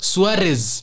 Suarez